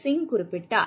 சிங் குறிப்பிட்டார்